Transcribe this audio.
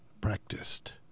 Practiced